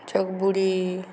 Jagbudi